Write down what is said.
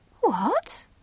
What